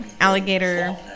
alligator